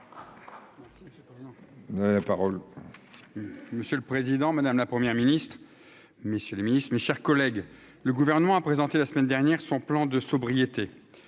Monsieur le Président Madame la première ministre, messieurs les ministres, mes chers collègues, le gouvernement a présenté la semaine dernière son plan de sobriété,